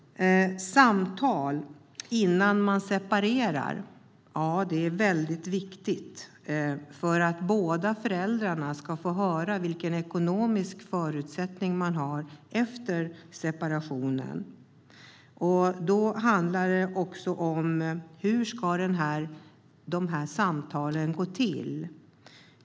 Samtal innan man separerar är väldigt viktigt för att båda föräldrarna ska få höra vilka ekonomiska förutsättningar man har efter separationen. Det handlar också om hur samtalen ska gå till.